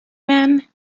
man